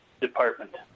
department